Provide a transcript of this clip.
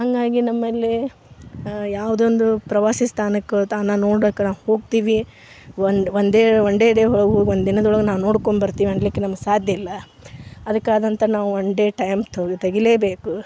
ಹಾಗಾಗಿ ನಮ್ಮಲ್ಲೇ ಯಾವುದೊಂದು ಪ್ರವಾಸಿ ಸ್ಥಾನಕ್ಕೆ ತಾಣ ನೋಡಕ್ಕೆ ನಾ ಹೋಗ್ತೀವಿ ಒಂದು one day one day day ಒಳಗೆ ಒಂದು ದಿನದೊಳಗ್ ನಾವು ನೋಡ್ಕೊಂಡು ಬರ್ತೀವಿ ಅನ್ಲಿಕ್ಕೆ ನಮ್ಗೆ ಸಾಧ್ಯ ಇಲ್ಲ ಅದಕ್ಕಾದಂಥಾ ನಾವು ಒನ್ ಡೇ ಟೈಮ್ ತೆಗೀಲೆಬೇಕು